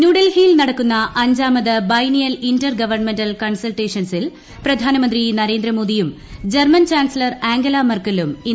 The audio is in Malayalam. ന്യൂഡൽഹിയിൽ നടക്കുന്ന അഞ്ചാമത് ബൈനിയൽ ഇന്റർ ഗവൺമെൻൽ കൺസൾട്ടേഷൻസിൽ പ്രധാനമന്ത്രി നരേന്ദ്രമോദിയും ജർമൻ ചാൻസലർ ആംഗല മെർക്കലും ഇന്ന് പങ്കെടുക്കും